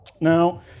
Now